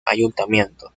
ayuntamiento